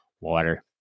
water